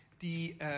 die